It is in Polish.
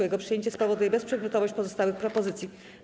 Jego przyjęcie spowoduje bezprzedmiotowość pozostałych propozycji.